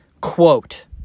Quote